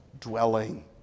dwelling